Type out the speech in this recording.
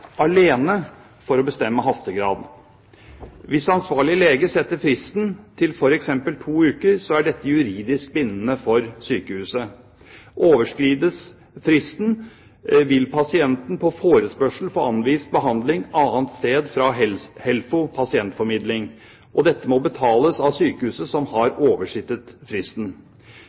alene, for å bestemme hastegrad. Hvis ansvarlig lege setter fristen til f.eks. to uker, så er dette juridisk bindende for sykehuset. Overskrides fristen, vil pasienten på forespørsel få anvist fra HELFO Pasientformidling behandling annet sted, og dette må betales av sykehuset som har oversittet fristen.